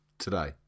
Today